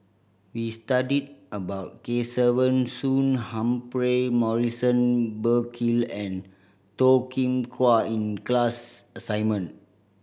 we studied about Kesavan Soon Humphrey Morrison Burkill and Toh Kim Hwa in class assignment